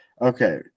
Okay